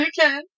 Okay